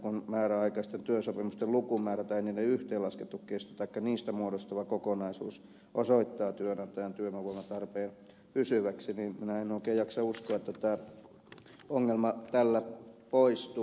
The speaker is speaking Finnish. kun määräaikaisten työsopimusten lukumäärä tai niiden yhteenlaskettu kesto taikka niistä muodostuva kokonaisuus osoittaa työnantajan työvoimatarpeen pysyväksi niin minä en oikein jaksa uskoa että tämä ongelma tällä poistuu